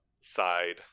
side